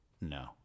No